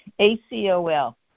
A-C-O-L